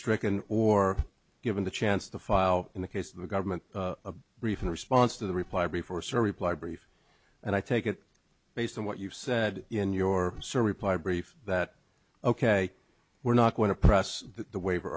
stricken or given the chance to file in the case of the government brief in response to the reply before sir reply brief and i take it based on what you've said in your server reply brief that ok we're not going to press the waiver